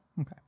okay